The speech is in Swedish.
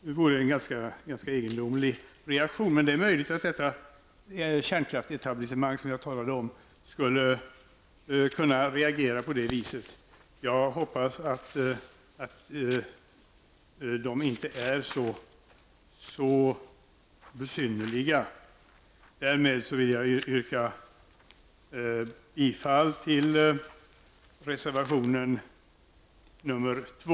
Det vore en ganska egendomlig reaktion, men det är möjligt att kärnkraftetablissemanget som jag talade om skulle kunna reagera på det viset. Jag hoppas att de inte är så besynnerliga. Därmed vill jag yrka bifall till reservation nr 2.